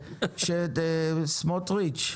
סמוטריץ',